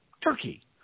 Turkey